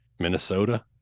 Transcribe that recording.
minnesota